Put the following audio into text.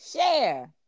share